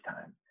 time